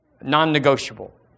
non-negotiable